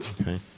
Okay